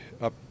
up